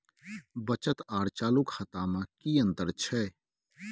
बचत आर चालू खाता में कि अतंर छै?